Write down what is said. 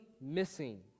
missing